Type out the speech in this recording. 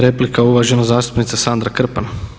Replika, uvažena zastupnica Sandra Krpan.